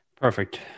Perfect